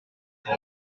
for